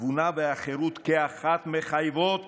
התבונה והחירות כאחת מחייבות